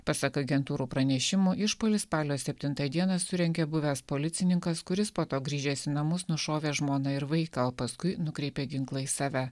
pasak agentūrų pranešimų išpuolis spalio septintą dieną surengė buvęs policininkas kuris po to grįžęs į namus nušovė žmoną ir vaiką paskui nukreipė ginklą į save